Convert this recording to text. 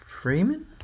Freeman